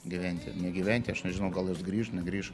gyventi ne gyventi aš nežinau gal jis grįš negrįš